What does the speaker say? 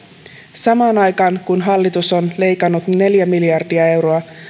samaan aikaan kun hallitus on leikannut neljä miljardia euroa